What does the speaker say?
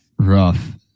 Rough